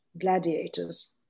gladiators